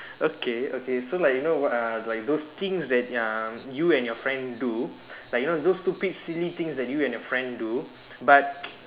okay okay so like you know what uh like those things that ya you and your friends do like you know those stupid silly things that you and your friends do but